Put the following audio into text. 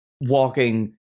walking